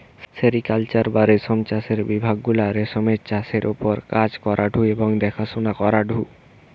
sericulture বা রেশম চাষের বিভাগ গুলা রেশমের চাষের ওপর কাজ করঢু এবং দেখাশোনা করঢু